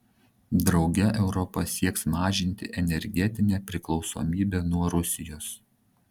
drauge europa sieks mažinti energetinę priklausomybę nuo rusijos